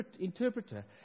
interpreter